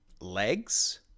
legs